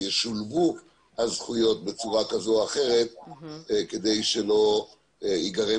שישולבו הזכויות בצורה כזאת או אחרת כדי שלא ייגרם